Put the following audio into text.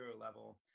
level